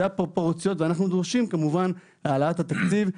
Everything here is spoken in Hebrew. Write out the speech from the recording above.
זה הפרופורציות ואנחנו דורשים כמובן העלאת התקציב.